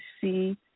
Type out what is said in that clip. see